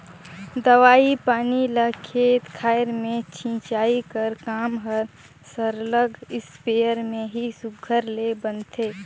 दवई पानी ल खेत खाएर में छींचई कर काम हर सरलग इस्पेयर में ही सुग्घर ले बनथे